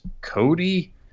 Cody